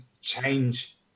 change